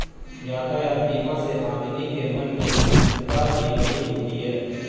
यातायात बीमा से आदमी के मन में निश्चिंतता भी बनी होती है